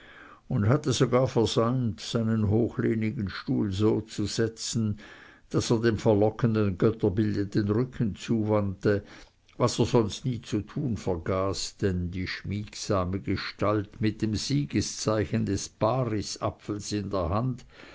und hatte sogar versäumt seinen hochlehnigen stuhl so zu setzen daß er dem verlockenden götterbilde den rücken zuwandte was er sonst nie zu tun vergaß denn die schmiegsame gestalt mit dem siegeszeichen des parisapfels in der hand